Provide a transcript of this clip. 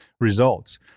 results